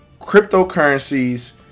cryptocurrencies